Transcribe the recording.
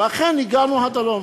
ואכן הגענו עד הלום.